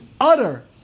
utter